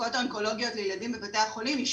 במחלקות האונקולוגיות לילדים בבתי החולים היא שונה.